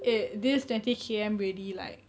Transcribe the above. eh this twenty K_M really like